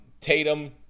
Tatum